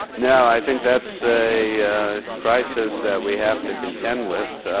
no, i think that's a crisis that we have to contend with.